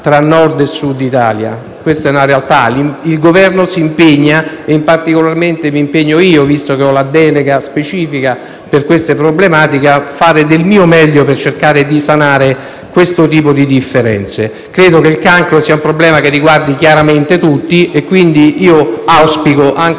tra Nord e Sud Italia. Questa è una realtà e il Governo si impegna, e particolarmente mi impegno io, visto che ho la delega specifica per queste problematiche, a fare del mio meglio per cercare di sanare queste differenze. Credo che il cancro sia un problema che riguardi chiaramente tutti e, quindi, io auspico, anche